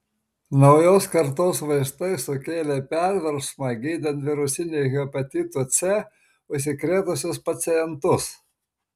naujos kartos vaistai sukėlė perversmą gydant virusiniu hepatitu c užsikrėtusius pacientus